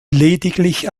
lediglich